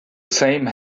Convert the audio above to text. same